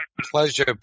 pleasure